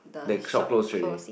then shop close already